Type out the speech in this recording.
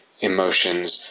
emotions